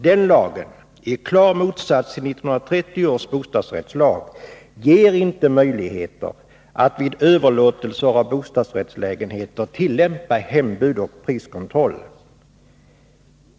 Denna lag, i klar motsats till 1930 års bostadsrättslag, ger inte möjligheter att vid överlåtelse av bostadsrättslägenheter tillämpa hembud och priskontroll.